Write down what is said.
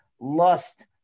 lust